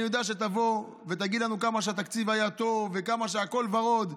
אני יודע שתבוא ותגיד לנו כמה שהתקציב היה טוב וכמה שהכול ורוד.